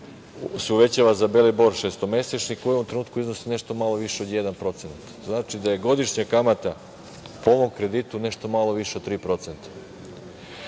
i uvećava se za belibor šestomesečni koji u ovom trenutku iznosi nešto malo više od 1%. To znači da je godišnja kamata po ovom kreditu nešto malo više od 3%.Da